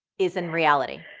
is in reality?